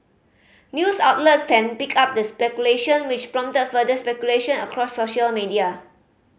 news outlets then picked up the speculation which prompted further speculation across social media